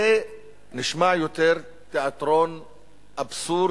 זה נשמע יותר תיאטרון אבסורד,